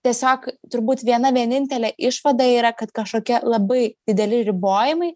tiesiog turbūt viena vienintelė išvada yra kad kažkokie labai dideli ribojimai